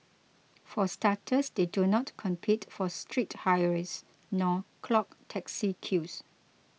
for starters they do not compete for street hires nor clog taxi queues